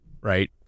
right